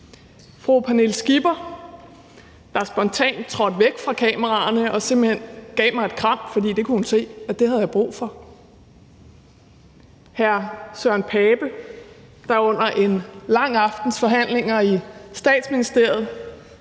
fru Pernille Skipper, der spontant trådte væk fra kameraerne og simpelt hen gav mig et kram, fordi hun kunne se, at det havde jeg brug for; hr. Søren Pape Poulsen, der under en lang aftens forhandlinger i Statsministeriet